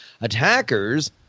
Attackers